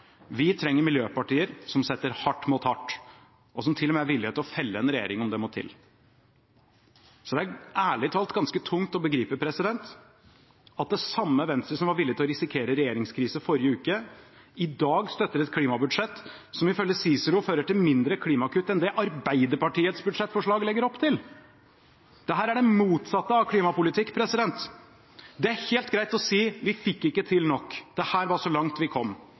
Vi trenger miljøpartier som setter hardt mot hardt, og som til og med er villige til å felle en regjering om det må til. Det er ærlig talt ganske tungt å begripe at det samme Venstre som var villig til å risikere regjeringskrise forrige uke, i dag støtter et klimabudsjett som ifølge Cicero fører til mindre klimagasskutt enn det Arbeiderpartiets budsjettforslag legger opp til. Dette er det motsatte av klimapolitikk. Det er helt greit å si: Vi fikk ikke til nok. Dette var så langt vi kom.